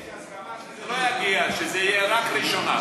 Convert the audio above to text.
יש הסכמה שזה לא יגיע, שזה יהיה רק ראשונה.